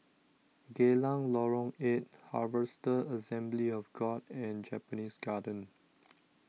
Geylang Lorong eight Harvester Assembly of God and Japanese Garden